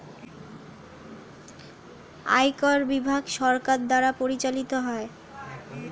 আয়কর বিভাগ সরকার দ্বারা পরিচালিত হয়